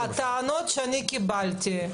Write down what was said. הטענות שאני קיבלתי,